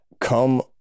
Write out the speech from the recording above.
come